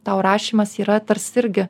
tau rašymas yra tarsi irgi